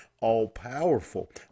all-powerful